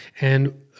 And-